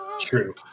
True